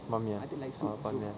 ban mian ah ban mian